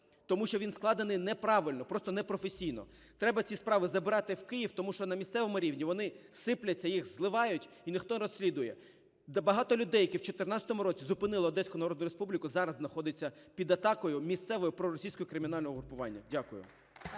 тому що він складений неправильно, просто непрофесійно. Треба ці справи забирати в Київ, тому що на місцевому рівні вони сипляться, їх зливають і ніхто не розслідує. Багато людей, які в 14-му році зупинили "Одеську народну республіку", зараз знаходиться під атакою місцевого проросійського кримінального угруповання. Дякую.